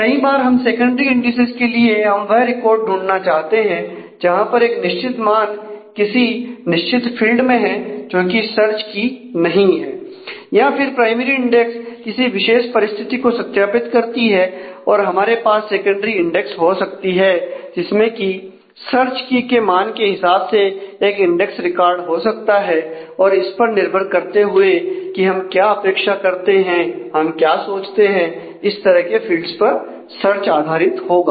कई बार हम सेकेंडरी इंडिसेज के लिए हम वह सारे रिकॉर्ड ढूंढना चाहते हैं जहां पर एक निश्चित मान किसी निश्चित फील्ड में है जोकि सर्च की नहीं है या फिर प्राइमरी इंडेक्स किसी विशेष परिस्थिति को सत्यापित करती है और हमारे पास सेकेंडरी इंडेक्स हो सकती है जिसमें की सर्च की के मान के हिसाब से एक इंडेक्स रिकॉर्ड हो सकता है और इस पर निर्भर करते हुए की हम क्या अपेक्षा करते हैं हम क्या सोचते हैं इस तरह के फील्ड्स पर सर्च आधारित होगा